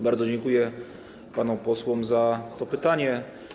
Bardzo dziękuję panom posłom za to pytanie.